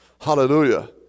Hallelujah